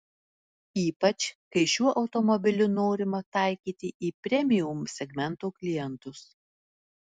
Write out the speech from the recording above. ypač kai šiuo automobiliu norima taikyti į premium segmento klientus